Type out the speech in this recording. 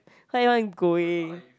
why everyone going